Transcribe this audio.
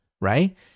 Right